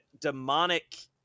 demonic